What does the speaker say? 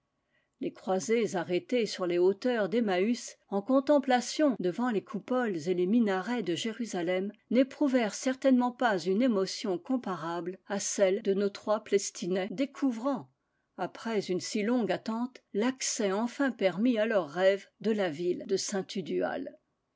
les croisés arrêtés sur les hauteurs d'emmaûs en con templation devant les coupoles et les minarets de jérusalem n'éprouvèrent certainement pas une émotion comparable à celle de nos trois plestinais découvrant après une si longue attente l'accès enfin permis à leur rêve de la ville de